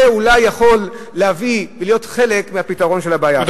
זה אולי היה יכול להיות חלק מהפתרון של הבעיה.